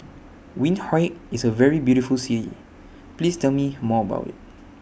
Windhoek IS A very beautiful City Please Tell Me More about IT